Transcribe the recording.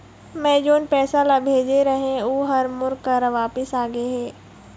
मै जोन पैसा ला भेजे रहें, ऊ हर मोर करा वापिस आ गे हे